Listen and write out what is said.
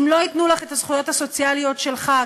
אם לא ייתנו לך את הזכויות הסוציאליות שלך,